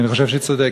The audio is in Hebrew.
ואני חושב שהיא צודקת.